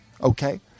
okay